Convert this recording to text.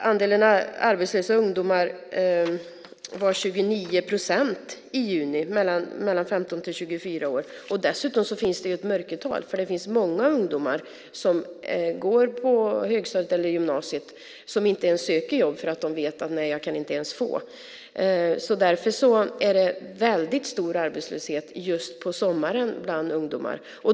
Andelen arbetslösa ungdomar mellan 15 och 24 år var 29 procent i juni, och dessutom finns det ett mörkertal. Många ungdomar som går på högstadiet eller gymnasiet söker inte ens jobb eftersom de vet att de inte kan få det. Därför är det en väldigt stor arbetslöshet just på sommaren bland ungdomar.